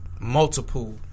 multiple